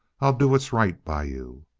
i'll do what's right by you.